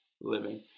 living